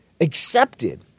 accepted